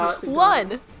One